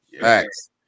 Thanks